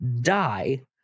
die